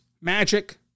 Magic